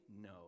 No